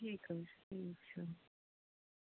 ٹھیٖک حظ چھُ ٹھیٖک چھُ